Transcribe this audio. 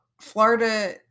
Florida